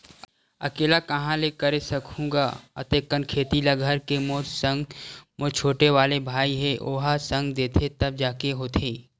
अकेल्ला काँहा ले करे सकहूं गा अते कन खेती ल घर के मोर संग मोर छोटे वाले भाई हे ओहा संग देथे तब जाके होथे